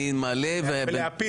אני מעלה להצבעה.